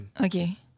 Okay